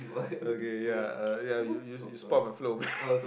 okay ya uh ya you you you spoil my flow